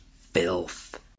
Filth